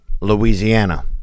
Louisiana